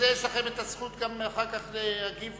ובשביל זה יש לכם הזכות אחר כך להגיב.